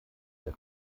der